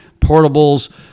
portables